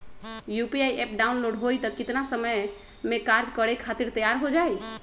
UPI app download होई त कितना समय मे कार्य करे खातीर तैयार हो जाई?